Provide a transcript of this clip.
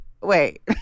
Wait